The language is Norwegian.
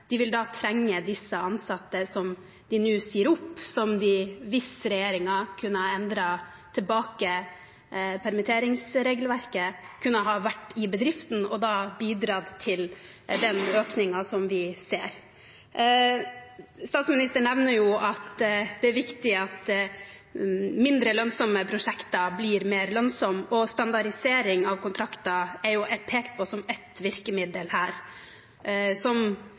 De vil da trenge de ansatte som de nå sier opp, som, hvis regjeringen kunne ha endret permitteringsregelverket, kunne ha vært i bedriften og bidratt til den økningen som vi ser. Statsministeren nevner at det er viktig at mindre lønnsomme prosjekter blir mer lønnsomme, og standardisering av kontrakter er pekt på som et virkemiddel som